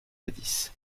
jadis